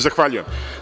Zahvaljujem.